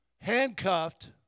handcuffed